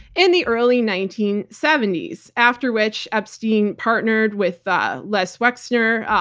in the early nineteen seventy s. after which, epstein partnered with ah les wexner,